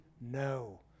no